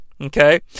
okay